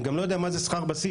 אני גם לא יודע מה זה שכר בסיס.